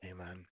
amen